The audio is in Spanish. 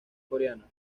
coreana